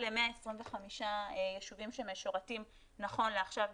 ל-125 ישובים שמשורתים נכון לעכשיו ב-2020,